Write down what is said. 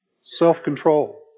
self-control